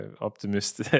Optimist